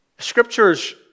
Scriptures